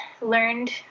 learned